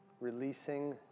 Releasing